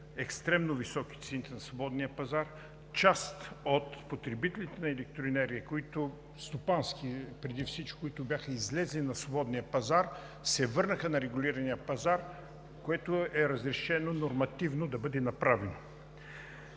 екстремно високи цените на свободния пазар, част от потребителите на електроенергия, стопански преди всичко, които бяха излезли на свободния пазар, се върнаха на регулирания пазар, което е разрешено нормативно да бъде направено.